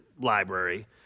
library